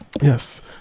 Yes